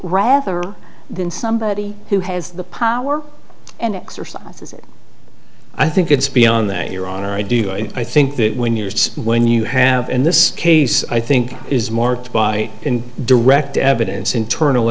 rather than somebody who has the power and exercises it i think it's beyond that your honor i do i think that when you're when you have in this case i think is marked by in direct evidence internal